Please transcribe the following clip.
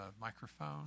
microphone